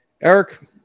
Eric